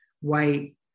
white